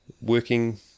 working